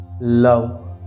love